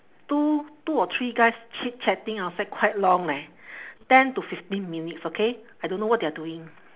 two two or three guys chit-chatting outside quite long eh ten to fifteen minutes okay I don't know what they are doing